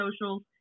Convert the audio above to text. socials